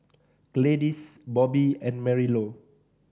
Gladyce Bobby and Marilou